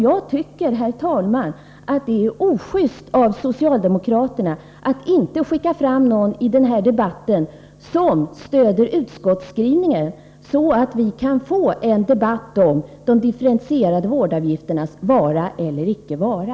Jag tycker, herr talman, att det är ojust av socialdemokraterna att inte skicka fram någon i den här debatten som stöder utskottsskrivningen, så att vi kan få en debatt om de differentierade vårdavgifternas vara eller icke vara.